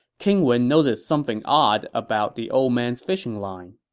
king wen noticed something odd about the old man's fishing line.